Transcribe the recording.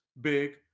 Big